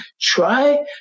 try